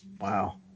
Wow